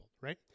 right